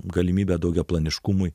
galimybę daugiaplaniškumui